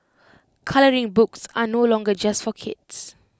colouring books are no longer just for kids